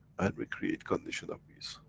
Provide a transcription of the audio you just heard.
and we create condition of peace,